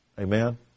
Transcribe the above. Amen